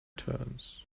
turns